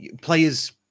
players